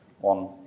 one